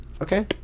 Okay